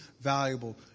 valuable